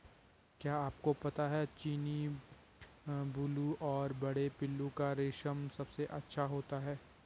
क्या आपको पता है चीनी, बूलू और बड़े पिल्लू का रेशम सबसे अच्छा होता है?